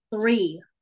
three